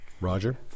Roger